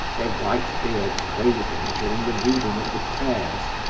their white beards waving during the reading of the prayers,